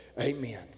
Amen